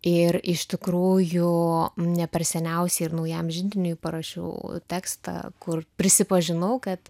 ir iš tikrųjų ne per seniausiai ir naujam židiniui parašiau tekstą kur prisipažinau kad